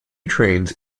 trains